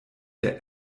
der